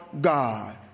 God